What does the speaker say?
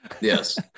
yes